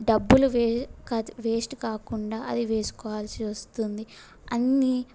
డబ్బులు వే కాదు వేస్ట్ కాకుండా అది వేసుకోవాల్సి వస్తుంది అన్ని